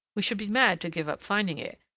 we should be mad to give up finding it,